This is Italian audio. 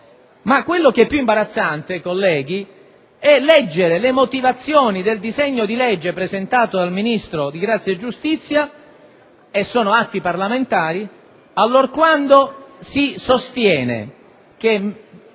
Ciò che imbarazza, colleghi, è leggere le motivazioni del disegno di legge presentato dal Ministro della giustizia - sono atti parlamentari - allorquando si sostiene che